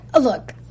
Look